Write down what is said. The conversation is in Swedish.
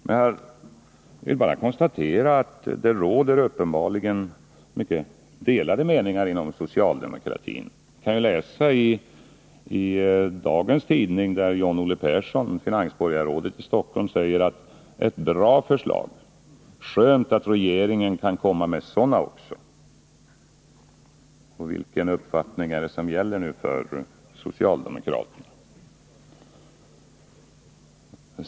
Jag vill bara konstatera att det uppenbarligen råder mycket delade meningar inom socialdemokratin. Man kan i dagens tidning läsa att John-Olle Persson — finansborgarrådet i Stockholm — säger att det är ett bra förslag och att det är skönt att regeringen kan komma med sådana också. Vilken uppfattning är det nu som gäller inom socialdemokratin?